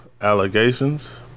allegations